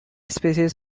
species